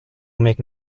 make